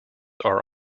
are